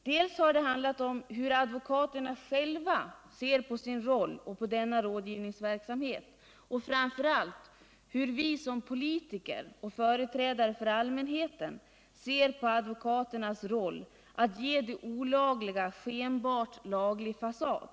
Vad debatten handlat om är dels hur advokaterna själva ser på sin roll och på denna rådgivningsverksamhet, dels och framför allt hur vi som politiker och företrädare för allmänheten ser på advokaternas roll att ge det olagliga en skenbart laglig fasad.